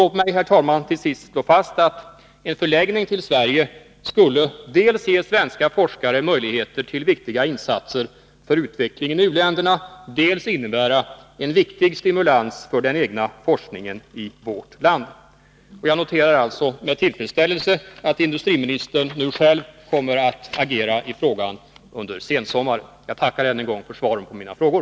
Låt mig, herr talman, till sist slå fast att en förläggning till Sverige skulle dels ge svenska forskare möjligheter till viktiga insatser för utvecklingen i u-länderna, dels innebära en viktig stimulans för den egna forskningen i vårt land. Jag noterar med tillfredsställelse att industriministern nu själv kommer att agera i frågan under sensommaren. Jag tackar än en gång för svaret på mina frågor.